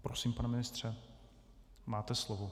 Prosím, pane ministře, máte slovo.